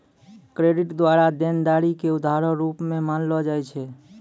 credit द्वारा देनदारी के उधारो रूप मे मानलो जाय छै